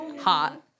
Hot